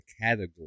category